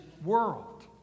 world